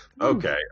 okay